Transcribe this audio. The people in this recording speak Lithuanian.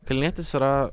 kalnietis yra